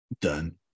done